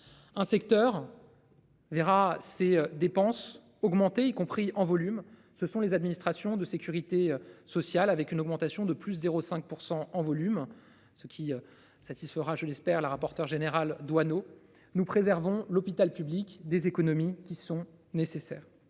Un secteur. Verra ses dépenses augmenter, y compris en volume, ce sont les administrations de Sécurité sociale, avec une augmentation de plus 0 5 % en volume ce qui. Satisfera je l'espère la rapporteure générale Doineau nous préservons l'hôpital public des économies qui sont nécessaires.